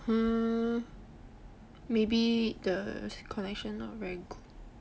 mm maybe the connection not very good